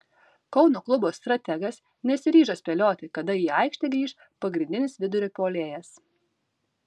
kauno klubo strategas nesiryžo spėlioti kada į aikštę grįš pagrindinis vidurio puolėjas